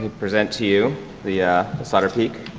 present to you the solderpeek.